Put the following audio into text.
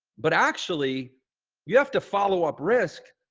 but actually you have to follow up risk,